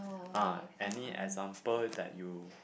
ah any example that you